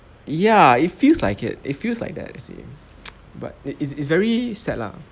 ya it feels like it it feels like that you see but it's it's very sad lah